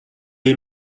est